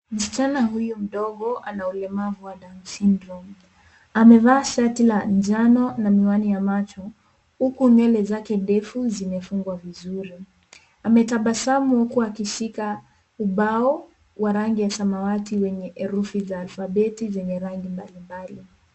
Msichana huyu mdogo ana ulemavu wa " down syndrome ". Amevaa shati la njano na miwani ya macho, huku nywele zake ndefu zimefungwa vizuri. Ametabasamu huku akishika ubao wa rangi ya samawati wenye herufi za alfabeti zenye rangi mbalimbali.